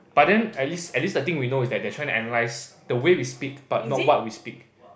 but then at least at least the thing we know is that they are tryna analyse the way we speak but not what we speak